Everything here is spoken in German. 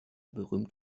berühmt